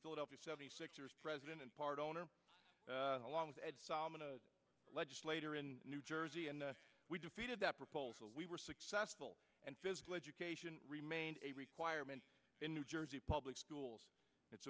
philadelphia seventy six ers president and part owner along with ed solomon a legislator in new jersey and we defeated that proposal we were successful and physical education remained a requirement in new jersey public schools it's